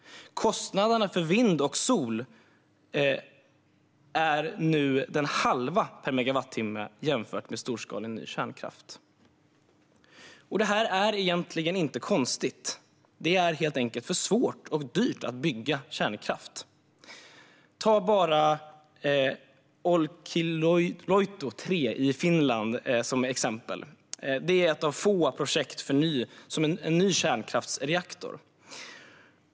Kostnaderna för vind och sol är nu hälften per megawattimme jämfört med storskalig ny kärnkraft. Detta är egentligen inte konstigt. Det är helt enkelt för svårt och dyrt att bygga ny kärnkraft. Ta bara Olkiluoto 3 i Finland som exempel. Det är ett av få projekt för att bygga en ny kärnkraftsreaktor.